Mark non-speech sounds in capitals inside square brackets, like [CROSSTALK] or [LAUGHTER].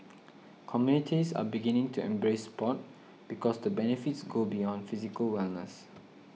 communities are beginning to embrace sport because the benefits go beyond [NOISE] physical wellness